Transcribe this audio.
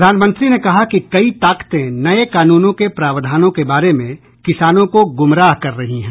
प्रधानमंत्री ने कहा कि कई ताकतें नए कानूनों के प्रावधानों के बारे में किसानों को गुमराह कर रही हैं